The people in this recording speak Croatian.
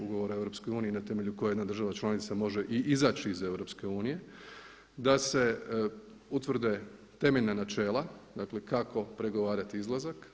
Ugovora o EU na temelju kojeg jedna država članica može i izaći iz EU da se utvrde temeljna načela dakle kako pregovarati izlazak.